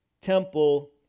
temple